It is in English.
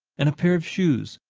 and a pair of shoes.